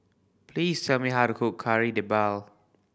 please tell me how to cook Kari Debal